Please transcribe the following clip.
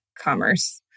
commerce